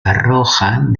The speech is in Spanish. arrojan